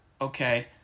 Okay